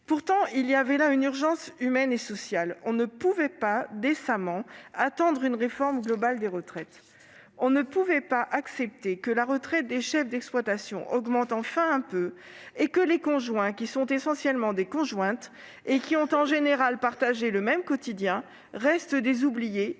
Pourtant, il y avait là une urgence humaine et sociale. On ne pouvait pas, décemment, attendre une réforme globale des retraites. On ne pouvait pas accepter que la retraite des chefs d'exploitation augmente enfin quelque peu et que les conjoints, qui sont essentiellement des conjointes et qui ont en général partagé le même quotidien, restent des oubliées,